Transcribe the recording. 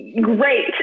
Great